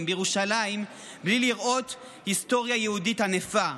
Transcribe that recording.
בירושלים בלי לראות היסטוריה יהודית ענפה,